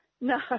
No